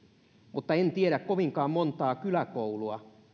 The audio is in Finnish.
mutta en tiedä kovinkaan montaa kyläkoulua